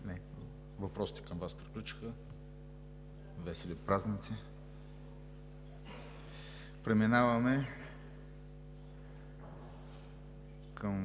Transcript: Въпросите към Вас приключиха. Весели празници! Преминаваме към